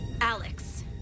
Alex